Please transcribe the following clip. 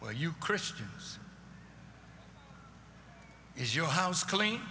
well you christers is your house clean